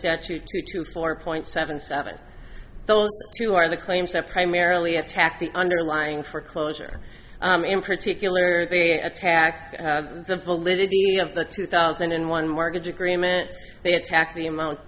statute two to four point seven seven those two are the claims that primarily attack the underlying for closure in particular they attacked the validity of the two thousand and one mortgage agreement they attacked the amount